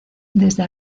desde